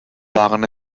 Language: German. waren